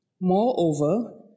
Moreover